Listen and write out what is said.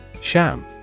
Sham